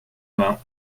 main